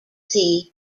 sea